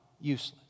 useless